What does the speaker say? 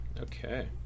Okay